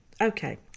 Okay